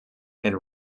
and